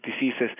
diseases